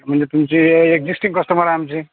म्हणजे तुमचे existing customer आहे आमचे